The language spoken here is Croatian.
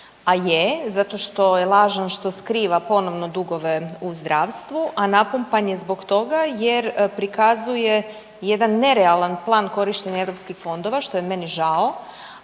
a je, zato što je lažan što skriva ponovno dugove u zdravstvu, a napumpan je zbog toga jer prikazuje jedan nerealan plan korištenja europskih fondova što je meni žao.